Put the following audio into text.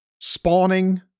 spawning